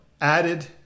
added